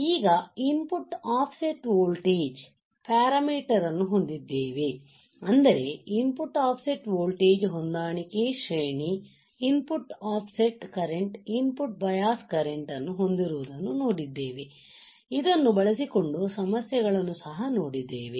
ಆದ್ದರಿಂದ ಈಗ input offset voltage parameter ಅನ್ನು ಹೊಂದಿದ್ದೇವೆ ಅಂದರೆ input offset voltage ಹೊಂದಾಣಿಕೆ ಶ್ರೇಣಿ input offset current input bias current ಅನ್ನು ಹೊಂದಿರುವುದನ್ನು ನೋಡಿದ್ದೇವೆ ಇದನ್ನು ಬಳಸಿಕೊಂಡು ಸಮಸ್ಯೆಗಳನ್ನು ಸಹ ನೋಡಿದ್ದೇವೆ